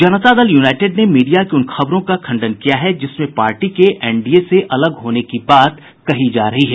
जनता Dal united ने media की उन खबरों का खंडन किया है जिसमें पार्टी के एनडीए से अलग होने की बात कही जा रही है